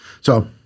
So-